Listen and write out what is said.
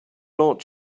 lot